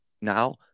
now